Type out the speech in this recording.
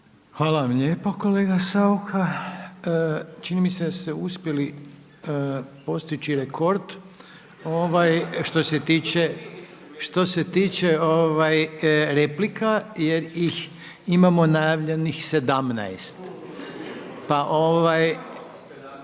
Hvala lijepa kolega SAucha. Čini mi ste da ste uspjeli postići rekord što se tiče replika jer ih imamo najavljenih 17, pa krenimo